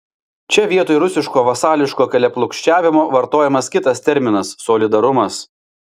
čia vietoj rusiško vasališko keliaklupsčiavimo vartojamas kitas terminas solidarumas